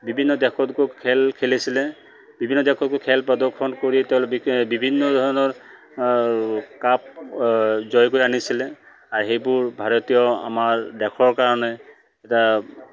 বিভিন্ন দেশত গৈ খেল খেলিছিলে বিভিন্ন দেশত গৈ খেল প্ৰদৰ্শন কৰি তেওঁলোক বিভিন্ন ধৰণৰ কাপ জয় কৰি আনিছিলে আৰু সেইবোৰ ভাৰতীয় আমাৰ দেশৰ কাৰণে এটা